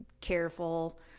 careful